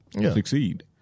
succeed